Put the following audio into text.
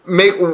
make